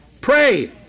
Pray